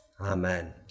amen